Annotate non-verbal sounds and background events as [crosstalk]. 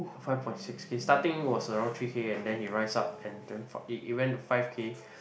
five point six K starting was around three K and then he rise up and then [noise] it it went to five K